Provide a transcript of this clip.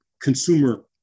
consumer